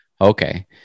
Okay